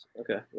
okay